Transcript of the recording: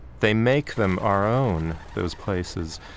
they make them our own, those places.